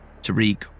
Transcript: Tariq